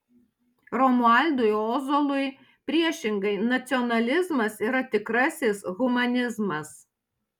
romualdui ozolui priešingai nacionalizmas yra tikrasis humanizmas